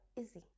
easy